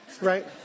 right